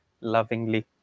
lovingly